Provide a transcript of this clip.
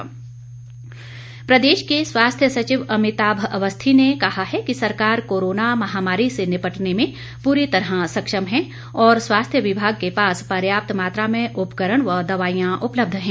स्वास्थ्य सचिव प्रदेश के स्वास्थ्य सचिव अमिताभ अवस्थी ने कहा है कि सरकार कोरोना महामारी से निपटने में पूरी तरह सक्षम है और स्वास्थ्य विभाग के पास पर्याप्त मात्रा में उपकरण व दवाईयां उपलब्ध हैं